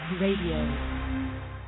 Radio